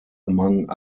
among